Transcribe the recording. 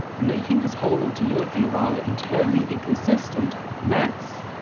making this whole ordeal a rather internally inconsistent mess.